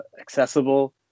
accessible